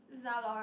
Zalora